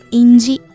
inji